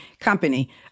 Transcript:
company